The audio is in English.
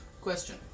Question